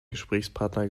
gesprächspartner